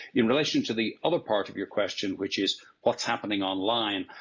in relation to the other part of your question, which is what's happening online,